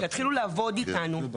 תתחילו לעבוד איתנו.